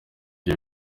aho